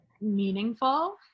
meaningful